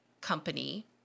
Company